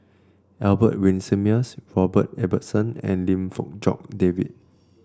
Albert Winsemius Robert Ibbetson and Lim Fong Jock David